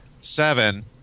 seven